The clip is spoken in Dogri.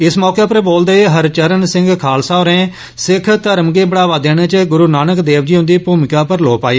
इस मौके पर बोलदे होई हरचरण सिंह खालसा होरें सिक्ख धर्म गी बढ़ावा देने च गुरु नानक देव जी हुंदी भूमिका पर लोऽ पाई